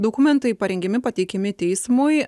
dokumentai parengiami pateikiami teismui